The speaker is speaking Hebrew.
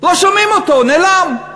לא שומעים אותו, נעלם.